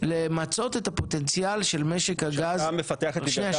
למצות את הפוטנציאל של משק הגז הטבעי.